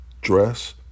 dress